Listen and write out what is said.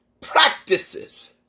practices